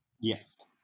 Yes